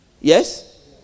Yes